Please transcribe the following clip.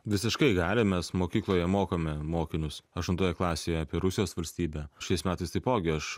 visiškai gali mes mokykloje mokome mokinius aštuntoje klasėje apie rusijos valstybę šiais metais taipogi aš